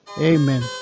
Amen